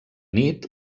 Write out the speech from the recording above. nit